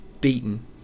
beaten